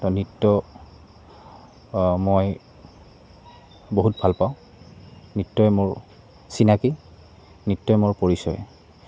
নৃত্য মই বহুত ভাল পাওঁ নৃত্যই মোৰ চিনাকি নৃত্যই মোৰ পৰিচয়